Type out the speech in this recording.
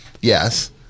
yes